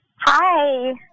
Hi